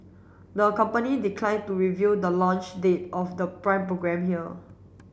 the company declined to reveal the launch date of the Prime programme here